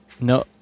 No